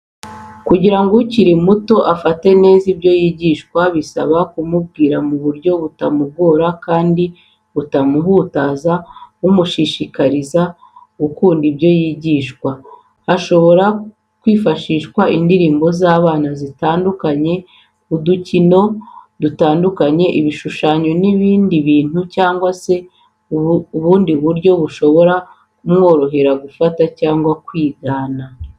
Kugirango uwaa ukiri muto afate neza ibyo yigishwa bisaba kumubwira mu buryo butamugora kandi butamuhutaza bumushishikariza gukunda ibyo yigishwa. Hashobora kwifashishwa indirimbo z'abana zitandukanye, udukino dutndukanye, ibishushanyo n'ibindi bintu cyangwa se ubundi buryo bushobora kumworohera gufata cyangwa se kwigana.